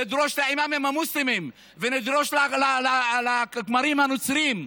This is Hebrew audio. נדרוש את האימאם עם המוסלמים ונדרוש את הכמרים הנוצרים.